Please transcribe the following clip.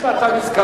אם אתה מתכוון